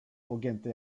pogięty